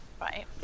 Right